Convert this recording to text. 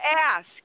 ask